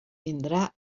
vindrà